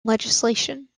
legislation